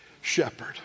shepherd